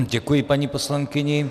Děkuji paní poslankyni.